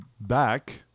back